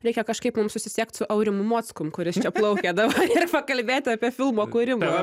reikia kažkaip mums susisiekt su aurimu mockum kuris čia plaukia dabar ir pakalbėt apie filmo kūrimą